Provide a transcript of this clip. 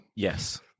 Yes